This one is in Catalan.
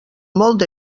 molts